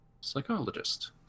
psychologist